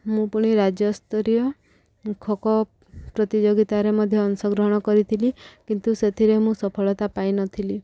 ମୁଁ ପୁଣି ରାଜ୍ୟସ୍ତରୀୟ ଖୋକ ପ୍ରତିଯୋଗିତାରେ ମଧ୍ୟ ଅଂଶଗ୍ରହଣ କରିଥିଲି କିନ୍ତୁ ସେଥିରେ ମୁଁ ସଫଳତା ପାଇନଥିଲି